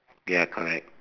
ya correct